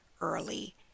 early